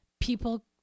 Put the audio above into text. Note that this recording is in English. people